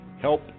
help